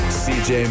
cj